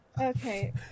okay